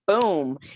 boom